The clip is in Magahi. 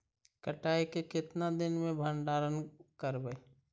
कटाई के कितना दिन मे भंडारन करबय?